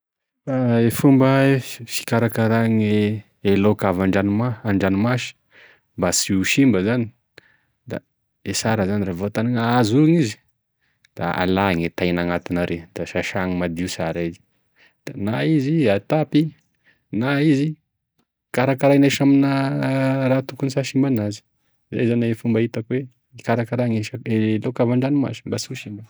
E fomba fikarakara gne e laoky avy an-dranomasy mba sy ho simba zany, da e sara zany raha vatan'e azo igny izy da hala gny tainy agnatiny ary, da sasagny madio sara izy, da na izy atapy, na izy karakaraina ahisy ame raha tokony sy hahasimba anazy, izay zany e fomba hitako fikarakarana isak- laoky avy andranomasy mba sy ho simba.